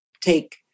take